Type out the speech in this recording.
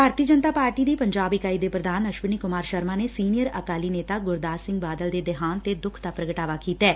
ਭਾਰਤੀ Janata party ਦੀ ਪੰਜਾਬ ਇਕਾਈ ਦੇ ਪ੍ਰਧਾਨ ਅਸ਼ਵਨੀ ਕੁਮਾਰ ਸ਼ਰਮਾ ਨੇ ਸੀਨੀਅਰ ਅਕਾਲੀ ਨੇਤਾ ਗੁਰਦਾਸ ਸਿੰਘ ਬਾਦਲ ਦੇ ਦੇਹਾਂਤ ਤੇ ਦੁੱਖ ਦਾ ਪ੍ਰਗਟਾਵਾ ਕੀਤੈ